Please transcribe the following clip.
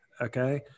Okay